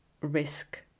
risk